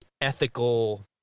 ethical